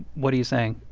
what are you saying?